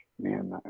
man